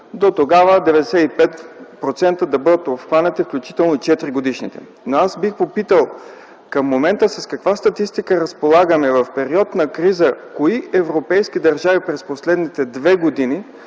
Дотогава 95% да бъдат обхванати, включително и четиригодишните. Но аз бих попитал към момента с каква статистика разполагаме – в период на криза кои европейски държави през последните две години